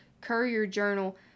Courier-Journal